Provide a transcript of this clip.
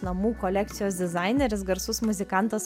namų kolekcijos dizaineris garsus muzikantas